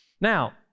Now